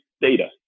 data